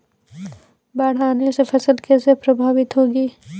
बाढ़ आने से फसल कैसे प्रभावित होगी?